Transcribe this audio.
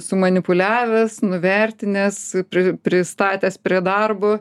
sumanipuliavęs nuvertinęs ir pristatęs prie darbo